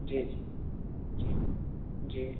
जी जी जी जी